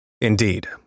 Indeed